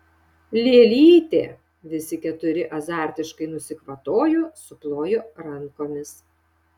lėlytė visi keturi azartiškai nusikvatojo suplojo rankomis